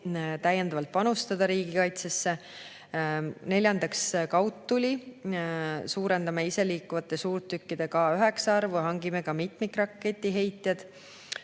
täiendavalt panustada riigikaitsesse. Neljandaks, kaudtuli: suurendame iseliikuvate suurtükkide K9 arvu, hangime ka mitmikraketiheitjad.